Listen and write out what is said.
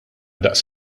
daqs